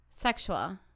sexual